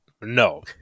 No